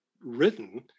written